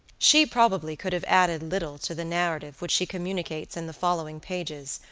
she, probably, could have added little to the narrative which she communicates in the following pages,